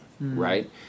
right